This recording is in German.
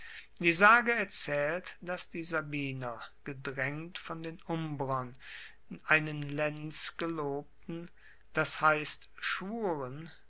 die sage erzaehlt dass die sabiner gedraengt von den umbrern einen lenz gelobten das heisst schwuren